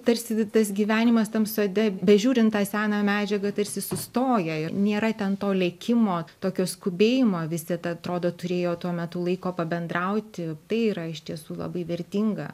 tarsi tas gyvenimas tam sode bežiūrint tą seną medžiagą tarsi sustoja ir nėra ten to lėkimo tokio skubėjimo visi tad atrodo turėjo tuo metu laiko pabendrauti tai yra iš tiesų labai vertinga